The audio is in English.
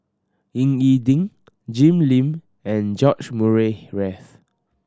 Ying E Ding Jim Lim and George Murray Reith